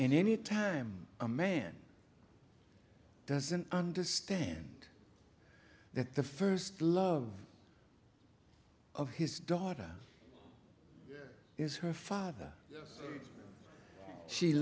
and any time a man doesn't understand that the first love of his daughter is her father she